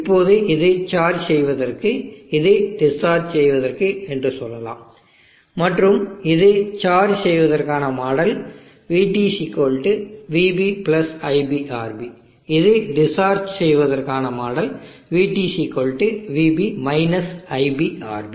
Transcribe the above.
இப்போது இது சார்ஜ் செய்வதற்கு இது டிஸ்சார்ஜ் செய்வதற்கு என்று சொல்லலாம் மற்றும் இது சார்ஜ் செய்வதற்கான மாடல் vT vB iBRB இது டிஸ்சார்ஜ் செய்வதற்கான மாடல் vT vB iBRB